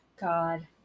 God